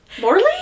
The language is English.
Morley